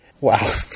Wow